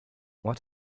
what